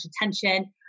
attention